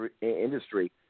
industry